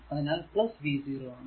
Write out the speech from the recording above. അതിനാൽ v0 ആണ്